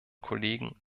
kollegen